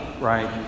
right